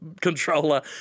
controller